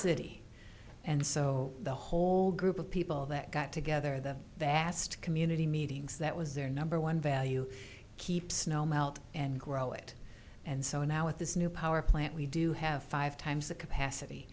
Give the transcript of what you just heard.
city and so the whole group of people that got together the vast community meetings that was their number one value keep snow melt and grow it and so now with this new power plant we do have five times the capacity